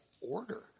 order